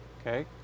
Okay